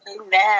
Amen